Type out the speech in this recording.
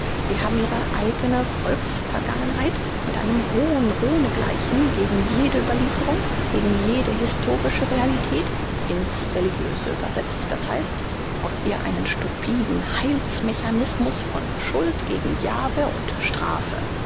sie haben ihre eigne volks vergangenheit mit einem hohn ohne gleichen gegen jede überlieferung gegen jede historische realität in's religiöse übersetzt das heißt aus ihr einen stupiden heils mechanismus von schuld gegen javeh und strafe